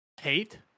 hate